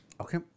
Okay